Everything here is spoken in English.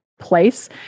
place